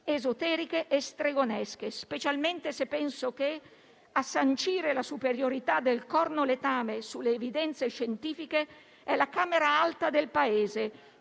esoteriche e stregonesche, specialmente se penso che, a sancire la superiorità del cornoletame sulle evidenze scientifiche, è la Camera alta del Paese